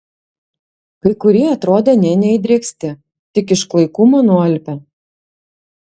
kai kurie atrodė nė neįdrėksti tik iš klaikumo nualpę